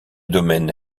domaine